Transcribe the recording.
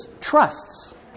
trusts